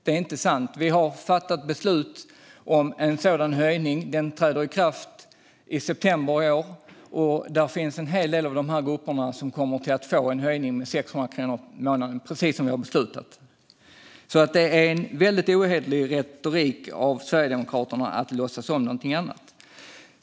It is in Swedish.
Det är inte sant. Vi har fattat beslut om en sådan höjning, och den träder i kraft i september i år. En hel del i dessa grupper kommer att få en höjning med 600 kronor i månaden, precis som vi har beslutat. Det är en mycket ohederlig retorik av Sverigedemokraterna att låtsas om något annat.